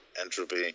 entropy